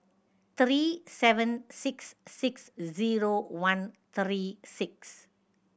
three seven six six zero one three six